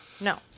No